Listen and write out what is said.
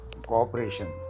cooperation